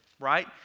right